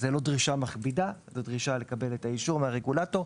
זוהי לא דרישה מכבידה; זוהי דרישה לקבלת האישור מהרגולטור,